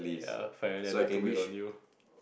ya apparently I don't have to wait on you